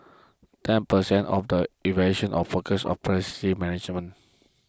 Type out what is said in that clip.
and ten percent of the evaluation of focus on management